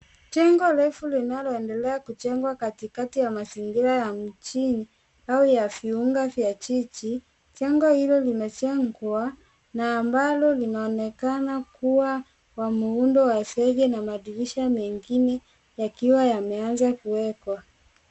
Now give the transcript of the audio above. Jengo refu linaloendelea kujengwa katikakati ya mazingira ya mijini au ya viunga vya jiji. Jengo hilo limejengwa na ambalo linaonekana kuwa wa muundo wa zege na madirisha mengine yakiwa yameanza kuwekwa.